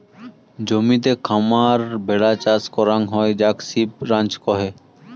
জমিতে খামার ভেড়া চাষ করাং হই যাক সিপ রাঞ্চ কহে